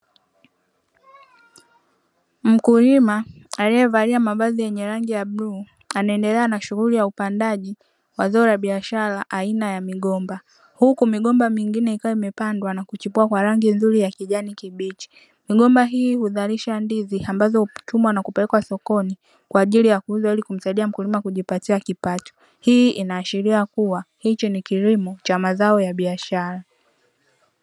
Mkulima aliyevalia mavazi ya rangi ya bluu anaendelea na shughuli ya upandaji wa zao la biashara aina ya migomba, huku migomba mingine ikiwa imepandwa na kuchipua kwa rangi nzuri ya kijani kibichi, migomba hii huzalisha ndizi ambazo huchumwa na kupelekwa sokoni kwa ajili ya kuuza ili kumsaidia mkulima kujipatia kipato, hii inaashiria kuwa hiki ni kilimo cha mazao ya biashara.